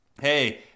Hey